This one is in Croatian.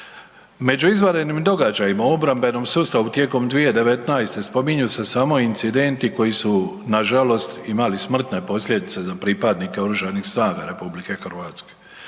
Među izvanrednim događajima u obrambenom sustavu tijekom 2019. spominju se samo incidenti koji su nažalost imali smrtne posljedice za pripadnike